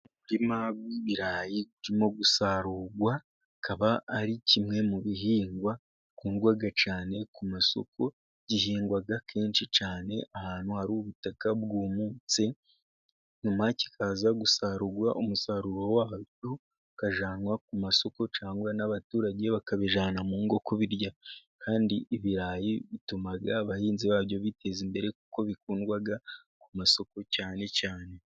Umurima w'ibirayi urimo gusarurwa, bikaba ari kimwe mu bihingwa bikundwa cyane ku masoko. Gihingwa kenshi cyane ahantu hari ubutaka bwumutse, nyuma kikaza gusarurwa. Umusaruro wabyo ukajyanwa ku masoko, cyangwa n'abaturage bakabijyana mu ngo kubirya, kandi ibirayi bituma abahinzi babyo biteza imbere, kuko bikundwa ku masoko cyane cyane.